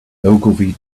ogilvy